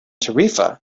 tarifa